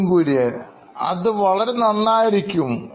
Nithin Kurian COO Knoin Electronics അത് വളരെ നന്നായിരിക്കും